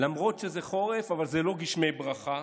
למרות שזה חורף, אבל זה לא גשמי ברכה,